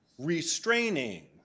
restraining